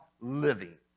living